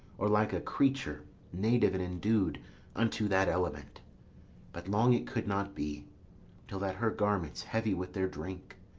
or like a creature native and indu'd unto that element but long it could not be till that her garments, heavy with their drink,